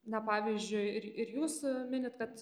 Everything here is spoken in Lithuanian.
na pavyzdžiui ir ir jūs minit kad